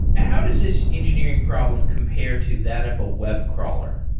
how does this engineering problem compare to that of a web crawler?